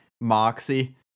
Moxie